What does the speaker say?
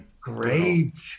great